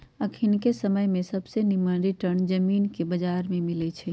अखनिके समय में सबसे निम्मन रिटर्न जामिनके बजार में मिलइ छै